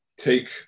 take